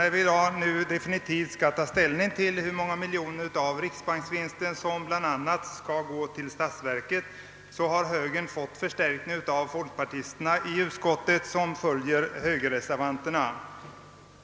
När vi i dag definitivt skall ta ställning till frågan om hur många miljoner av riksbanksvinsten som bl.a. skall gå till statsverket har högern fått förstärkning av folkpartisterna i utskottet, vilka följer högerreservanterna.